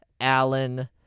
Allen